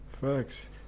facts